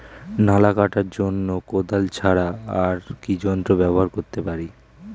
নালা কাটার জন্য কোদাল ছাড়া আর কি যন্ত্র ব্যবহার করতে পারি?